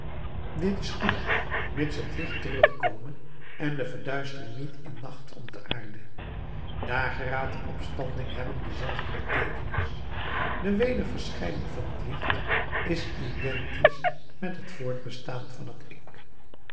dit is goed mits het licht terugkome en de verduistering niet in nacht ontaarde dageraad en opstanding hebben dezelfde beteekenis de wederverschijning van het licht is identisch met het voortbestaan van het ik